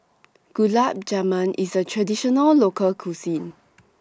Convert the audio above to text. Gulab Jamun IS A Traditional Local Cuisine